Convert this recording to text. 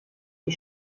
die